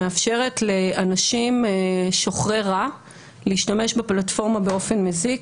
שמאפשרת לאנשים שוחרי רע להשתמש בפלטפורמה באופן מזיק,